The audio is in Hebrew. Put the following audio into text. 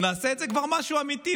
נעשה את זה כבר משהו אמיתי.